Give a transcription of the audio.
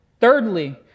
Thirdly